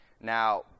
Now